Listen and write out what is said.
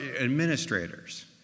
administrators